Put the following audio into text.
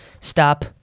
stop